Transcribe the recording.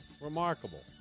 remarkable